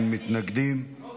אין מתנגדים ואין נמנעים.